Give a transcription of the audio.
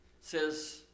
says